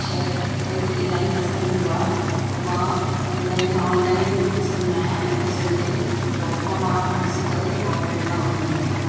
शइ कोई बि डिजाइन पसंदि ईंदो आहे त मां हिन में ऑनलाइन में बि ॾिसंदी आहियां एमेजॉन ते त हुता मां ॾिसी करे उहा प्रेरणा वठंदी आहियां